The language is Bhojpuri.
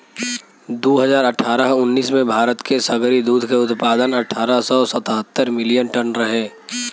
दू हज़ार अठारह उन्नीस में भारत के सगरी दूध के उत्पादन अठारह सौ सतहत्तर मिलियन टन रहे